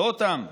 לא אותם.